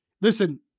Listen